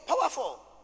powerful